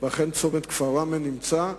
וצומת כפר ראמה אומנם נמצא,